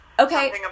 Okay